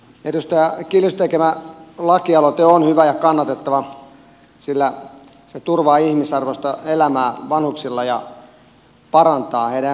edustaja kiljusen tekemä lakialoite on hyvä ja kannatettava sillä se turvaa vanhusten ihmisarvoista elämää ja parantaa heidän elämänlaatuaan